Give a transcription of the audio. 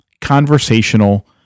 conversational